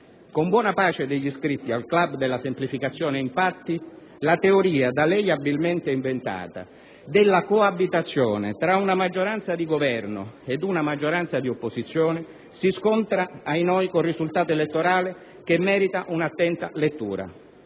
Con buona pace degli iscritti al club della semplificazione, infatti, la teoria, da lei abilmente inventata, della coabitazione tra una maggioranza di Governo ed una maggioranza di opposizione si scontra - ahinoi! - col risultato elettorale, che merita un'attenta lettura.